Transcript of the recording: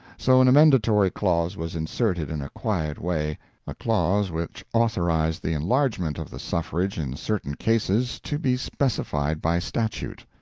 so an amendatory clause was inserted in a quiet way a clause which authorised the enlargement of the suffrage in certain cases to be specified by statute.